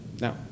Now